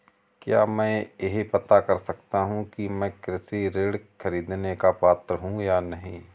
क्या मैं यह पता कर सकता हूँ कि मैं कृषि ऋण ख़रीदने का पात्र हूँ या नहीं?